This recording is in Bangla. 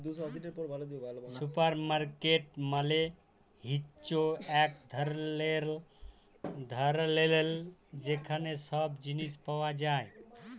সুপারমার্কেট মালে হ্যচ্যে এক ধরলের ল যেখালে সব জিলিস পাওয়া যায়